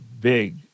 big